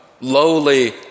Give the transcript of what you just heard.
lowly